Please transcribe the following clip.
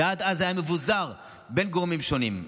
שעד אז היה מבוזר בין גורמים שונים.